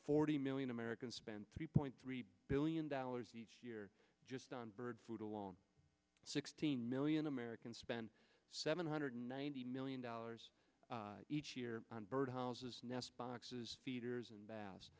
forty million americans spend three point three billion dollars each year on bird food along sixteen million americans spend seven hundred ninety million dollars each year on bird houses nest boxes feeders and ba